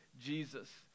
Jesus